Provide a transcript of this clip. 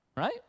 Right